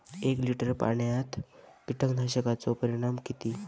एक लिटर पाणयात कीटकनाशकाचो प्रमाण किती?